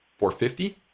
450